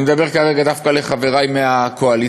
אני מדבר כרגע דווקא לחברי מהקואליציה,